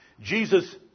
Jesus